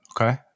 Okay